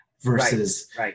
versus